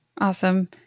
Awesome